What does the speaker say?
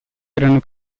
erano